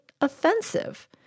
offensive